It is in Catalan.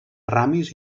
ramis